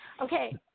Okay